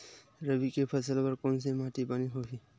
रबी के फसल बर कोन से माटी बने होही?